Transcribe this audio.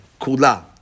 Kula